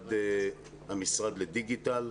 המשרד לדיגיטל.